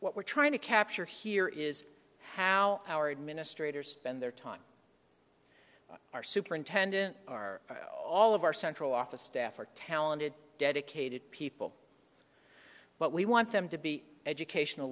what we're trying to capture here is how our administrators spend their time our superintendent our all of our central office staff are talented dedicated people but we want them to be educational